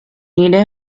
needed